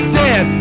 dead